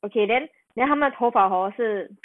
okay then then 他们头发 hor 是